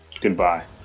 goodbye